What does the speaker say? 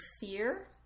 fear